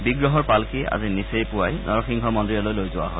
বিগ্ৰহৰ পালকী আজি নিচেই পুৱাই নৰসিংহ মন্দিৰলৈ লৈ যোৱা হয়